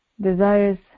desires